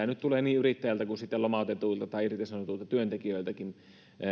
nyt tulee niin yrittäjiltä kuin lomautetuilta tai irtisanotuilta työntekijöiltäkin